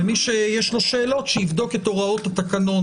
למי שיש שאלות, שיבדוק את הוראות התקנון